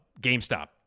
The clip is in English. GameStop